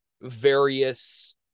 various